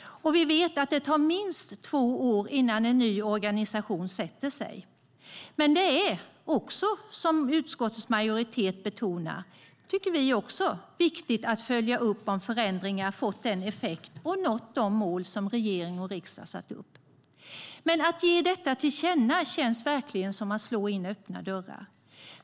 Vi vet att det tar minst två år innan en ny organisation sätter sig. Det är, som utskottets majoritet betonar, viktigt att följa upp om förändringar får avsedd effekt och om man når de mål som regering och riksdag satt upp - det tycker vi också. Men att ge detta till känna känns verkligen som att slå in öppna dörrar.